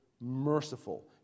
merciful